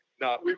No